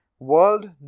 world